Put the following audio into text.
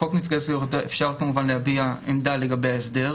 בחוק נפגעי זכויות עבירה אפשר כמובן להביע עמדה לגבי ההסדר.